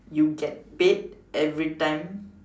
you get paid everytime